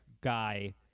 guy